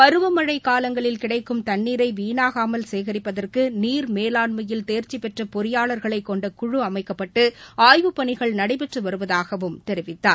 பருவமனழகாலங்களில் கிடக்கும் தண்ணீரை வீணாகாமல் சேகரிப்பதற்குநீர் மேலாண்மையில் தேர்ச்சிபெற்றபொறியாளர்களைனெண்டக்குழுஅமைக்கப்பட்டு ஆய்வுப்பணிகள் நடைபெற்றுவருவதாகவும் தெரிவித்தார்